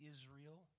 Israel